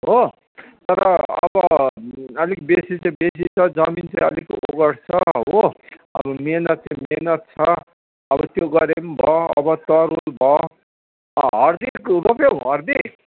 हो तर अब अलिक बेसी चाहिँ बेसी छ जमिन चाहिँ अलिक ओगट्छ हो अब मेहनत चाहिँ मेहनत छ अब त्यो गरे भयो अब तरुल भयो हर्दी रोप्यौ हर्दी